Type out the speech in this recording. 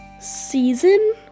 season